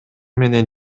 менен